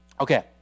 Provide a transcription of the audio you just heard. Okay